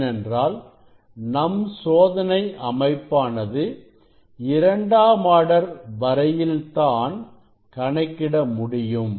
ஏனென்றால் நம் சோதனை அமைப்பானது இரண்டாம் ஆர்டர் வரையில் தான் கணக்கிட முடியும்